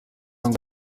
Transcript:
ngo